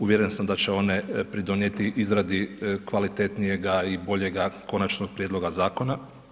Uvjeren sam da će one pridonijeti izradi kvalitetnijega i boljega konačnog prijedloga zakona.